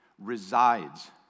resides